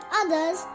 others